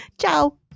Ciao